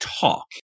talk